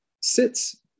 sits